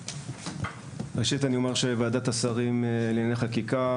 ראשית אני אומר שוועדת השרים לענייני חקיקה